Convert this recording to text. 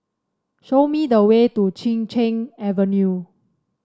show me the way to Chin Cheng Avenue